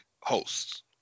hosts